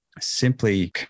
simply